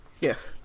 Yes